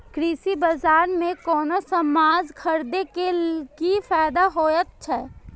कृषि बाजार में कोनो सामान खरीदे के कि फायदा होयत छै?